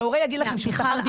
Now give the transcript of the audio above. שהורה יגיד לכם ש --- סליחה,